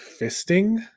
fisting